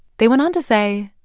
they went on to say,